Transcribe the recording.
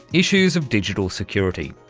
issues of digital security.